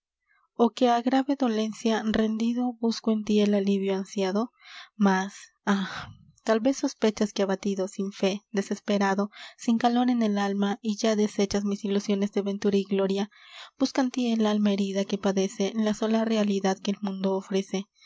o que á grave dolencia rendido busco en tí el alivio ansiado mas ah tal vez sospechas que abatido sin fé desesperado sin calor en el alma y ya deshechas mis ilusiones de ventura y gloria busca en tí el alma herida que padece la sola realidad que el mundo ofrece